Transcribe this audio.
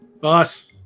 boss